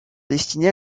destiné